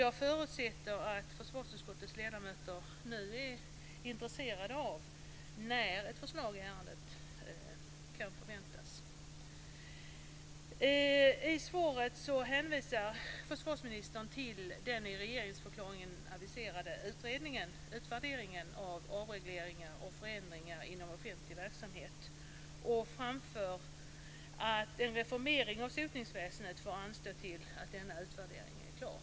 Jag förutsätter att försvarsutskottets ledamöter nu är intresserade av när ett förslag i ärendet kan förväntas. I svaret hänvisar försvarsministern till den i regeringsförklaringen aviserade utvärderingen av avregleringar och förändringar inom offentlig verksamhet och framför att en reformering av sotningsväsendet får anstå till att denna utvärdering är klar.